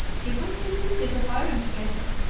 he put two pieces of iron together,